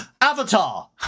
Avatar